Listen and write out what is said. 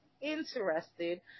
interested